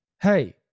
hey